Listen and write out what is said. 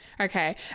okay